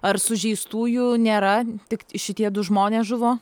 ar sužeistųjų nėra tik šitie du žmonės žuvo